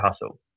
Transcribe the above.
hustle